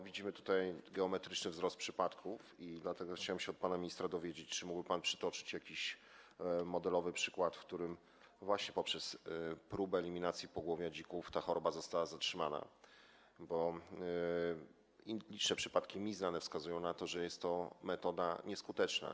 Widzimy tutaj geometryczny wzrost przypadków i dlatego chciałem się od pana ministra dowiedzieć, czy mógłby pan przytoczyć jakiś modelowy przykład tego, że poprzez próbę eliminacji pogłowia dzików ta choroba została zatrzymana, bo znane mi liczne przypadki wskazują na to, że jest to metoda nieskuteczna.